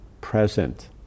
present